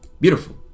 Beautiful